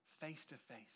face-to-face